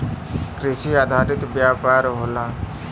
कृषि आधारित व्यापार होला